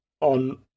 on